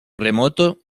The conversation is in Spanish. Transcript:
remoto